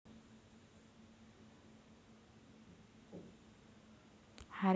harvester विविध धान्य पिकांची कार्यक्षमतेने कापणी करण्यासाठी डिझाइन केलेले आहे